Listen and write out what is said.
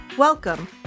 Welcome